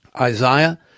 Isaiah